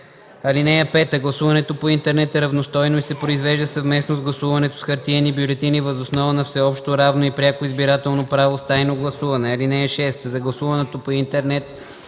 и 29. (5) Гласуването по интернет е равностойно и се произвежда съвместно с гласуването с хартиени бюлетини въз основа на всеобщо, равно и пряко избирателно право с тайно гласуване. (6) За гласуването по интернет